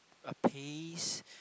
a pace